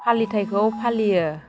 फालिथायखौ फालियो